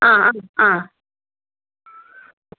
ആ ആ ആ